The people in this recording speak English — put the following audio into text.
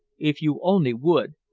if you only would!